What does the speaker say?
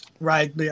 Right